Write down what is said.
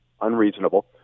unreasonable